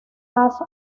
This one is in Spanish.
hans